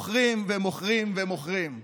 לקרוא פרק תהלים שמזכיר את המערה: